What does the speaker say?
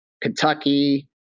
Kentucky